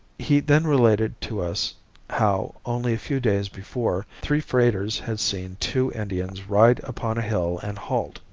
he then related to us how only a few days before three freighters had seen two indians ride upon a hill and halt.